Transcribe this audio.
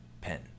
pen